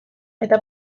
eta